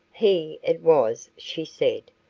he, it was, she said,